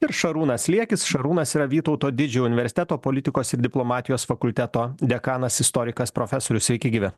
ir šarūnas liekis šarūnas yra vytauto didžiojo universiteto politikos ir diplomatijos fakulteto dekanas istorikas profesorius sveiki gyvi